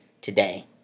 today